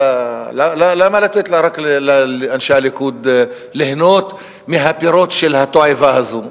למה לתת רק לאנשי הליכוד ליהנות מהפירות של התועבה הזו?